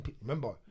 Remember